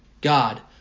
God